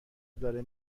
داره